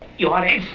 you are